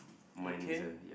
okay